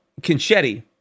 Conchetti